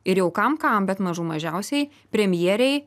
ir jau kam kam bet mažų mažiausiai premjerei